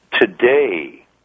Today